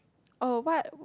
oh what